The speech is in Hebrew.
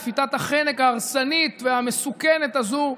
לפיתת החנק ההרסנית והמסוכנת הזו,